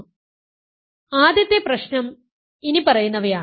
അതിനാൽ ആദ്യത്തെ പ്രശ്നം ഇനിപ്പറയുന്നവയാണ്